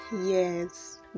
yes